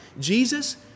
Jesus